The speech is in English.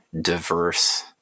diverse